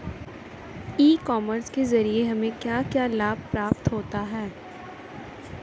ई commerce के ज़रिए हमें क्या क्या लाभ प्राप्त होता है?